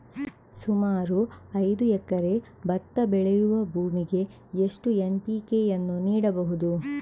ಸುಮಾರು ಐದು ಎಕರೆ ಭತ್ತ ಬೆಳೆಯುವ ಭೂಮಿಗೆ ಎಷ್ಟು ಎನ್.ಪಿ.ಕೆ ಯನ್ನು ನೀಡಬಹುದು?